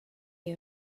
you